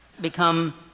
become